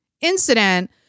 incident